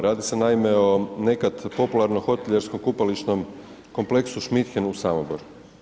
Radi se, naime o nekad popularnom hotelijersko-kupališnom kompleksu Šmidhen u Samoboru.